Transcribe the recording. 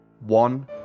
one